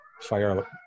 Fire